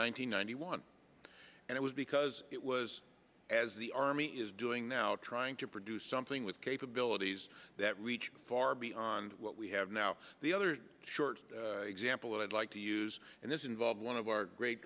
hundred one and it was because it was as the army is doing now trying to produce something with capabilities that reach far beyond what we have now the other short example i'd like to use and this involves one of our great